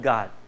God